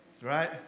right